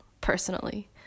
personally